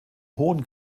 hohen